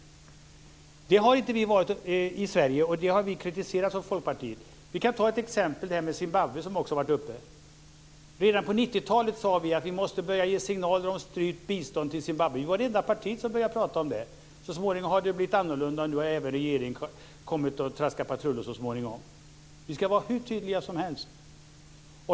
I Sverige har vi inte varit det, och det har vi från Folkpartiet kritiserat. Vi kan ta Zimbabwe som exempel; Det har varit uppe tidigare. Redan på 90-talet sade vi i Folkpartiet att vi måste börja ge signaler om styrt bistånd till Zimbabwe. Vi var det enda parti som började prata om det. Så småningom har det blivit annorlunda, och nu har även regeringen kommit och traskat patrull. Vi ska vara hur tydliga som helst.